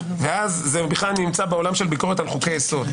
ואז זה נמצא בכלל בעולם ביקורת על עולם חוקי יסוד.